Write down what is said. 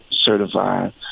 certified